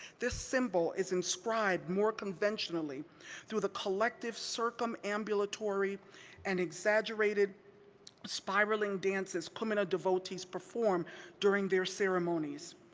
this symbol is inscribed more conventionally through the collective circumambulatory and exaggerated spiraling dances kumina devotees perform during their ceremonies.